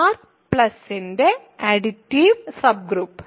R ന്റെ additive subgroup